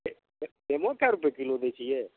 लेमो कए रुपए किलो दै छियै